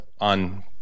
on